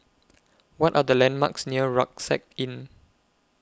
What Are The landmarks near Rucksack Inn